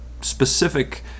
specific